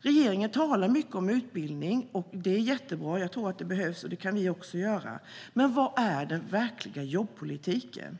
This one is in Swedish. Regeringen talar mycket om utbildning. Det är jättebra - jag tror att det behövs, och det kan vi också göra - men var är den verkliga jobbpolitiken?